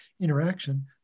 interaction